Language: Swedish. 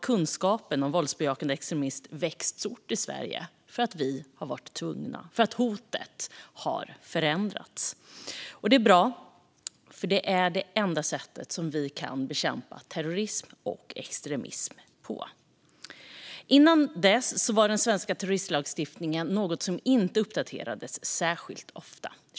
Kunskapen om våldsbejakande extremism har växt kraftigt i Sverige sedan dess, för hotet har förändrats. Det är bra att den har växt, för det är bara med kunskap vi kan bekämpa terrorism och extremism. Innan dess var den svenska terrorismlagstiftningen något som inte uppdaterades särskilt ofta.